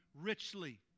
richly